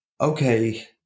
okay